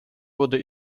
wurde